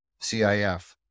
CIF